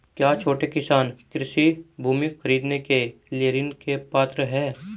क्या छोटे किसान कृषि भूमि खरीदने के लिए ऋण के पात्र हैं?